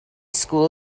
school